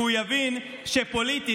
כי הוא יבין שפוליטית,